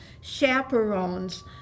chaperones